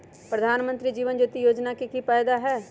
प्रधानमंत्री जीवन ज्योति योजना के की फायदा हई?